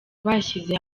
bashyize